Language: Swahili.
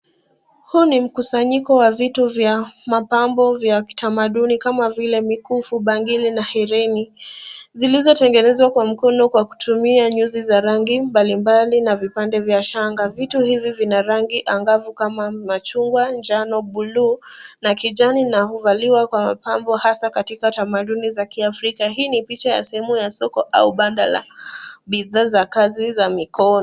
Huu ni mkusanyiko wa vitu vya mapambo vya kitamaduni kama vile mikufu, bangili na herini zilizotengenezwa kwa mikono kutumi nyuzi za rangi mbalimbali na vipande vya shanga. Vitu hivi vina rangi angavu kama machungwa njano, buluu na kijani na huvaliwa kwa mapambo hasa katika tamaduni za kiafrika. Hii ni picha ya sehemu ya soko au banda la bidhaa za kazi za mikono.